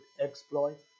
exploit